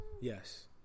yes